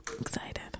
Excited